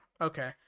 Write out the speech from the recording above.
okay